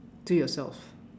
to yourself